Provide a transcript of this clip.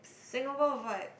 Singapore vibe